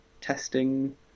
testing